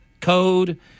code